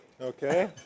Okay